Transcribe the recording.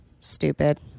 Stupid